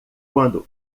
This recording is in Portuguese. quando